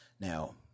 Now